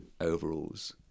overalls